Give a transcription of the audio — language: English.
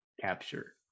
capture